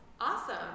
Awesome